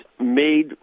made